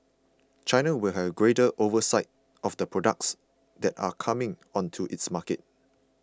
China will have greater oversight of the products that are coming onto its market